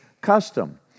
custom